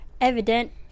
evident